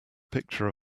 picture